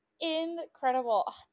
incredible